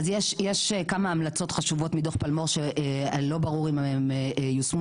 אז יש כמה המלצות חשובות מדו"ח פלמו"ר שלא ברור אם הן יושמו